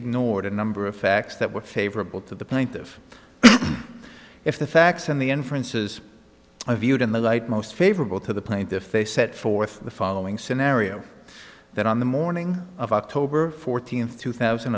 ignored a number of facts that were favorable to the plaintiff if the facts and the inferences are viewed in the light most favorable to the plaintiff they set forth the following scenario that on the morning of october fourteenth two thousand